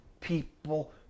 people